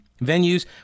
venues